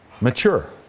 mature